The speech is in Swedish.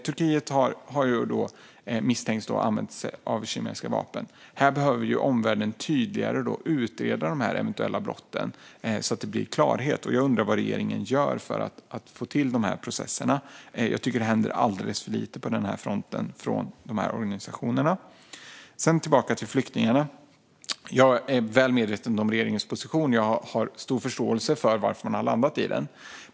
Turkiet misstänks ha använt sig av kemiska vapen. Här behöver omvärlden tydligare utreda de eventuella brotten så att det blir klarhet. Jag undrar vad regeringen gör för att få till de processerna. Jag tycker att det händer alldeles för lite på den fronten från de här organisationernas sida. Tillbaka till flyktingarna. Jag är väl medveten om regeringens position och har stor förståelse för varför man har landat i den.